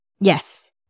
Yes